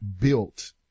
built